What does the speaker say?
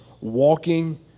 walking